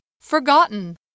forgotten